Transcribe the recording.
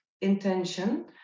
intention